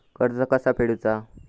कर्ज कसा फेडुचा?